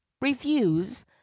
reviews